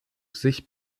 sich